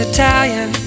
Italian